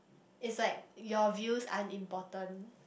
it's like your views aren't important